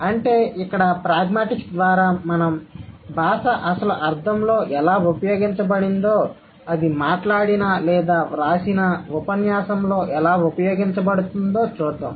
అంటే ఇక్కడ ప్రాగ్మాటిక్స్ ద్వారా మనం భాష అసలు అర్థంలో ఎలా ఉపయోగించబడిందో అది మాట్లాడినా లేదా వ్రాసినా ఉపన్యాసంలో ఎలా ఉపయోగించబడుతుందో చూద్దాం